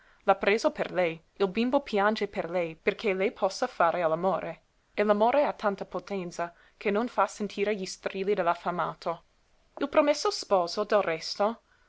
l'ha preso per lei il bimbo piange per lei perché lei possa fare all'amore e l'amore ha tanta potenza che non fa sentire gli strilli dell'affamato il promesso sposo del resto